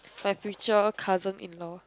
mu future cousin in law